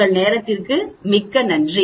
உங்கள் நேரத்திற்கு மிக்க நன்றி